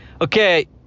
okay